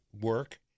work